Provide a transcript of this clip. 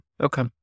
okay